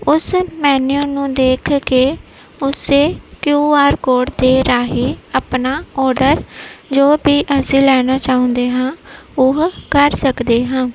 ਉਸ ਮੈਨੀਊ ਨੂੰ ਦੇਖ ਕੇ ਉਸ ਕਿਯੂ ਆਰ ਕੋਡ ਦੇ ਰਾਹੀਂ ਆਪਣਾ ਔਡਰ ਜੋ ਵੀ ਅਸੀਂ ਲੈਣਾ ਚਾਹੁੰਦੇ ਹਾਂ ਉਹ ਕਰ ਸਕਦੇ ਹਾਂ